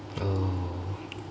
oh